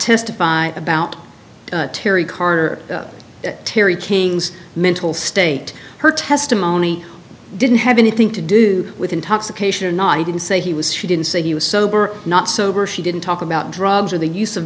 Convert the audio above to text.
testify about terri carter terri king's mental state her testimony didn't have anything to do with intoxication i didn't say he was she didn't say he was sober not sober she didn't talk about drugs or the use of